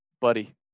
buddy